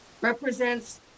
represents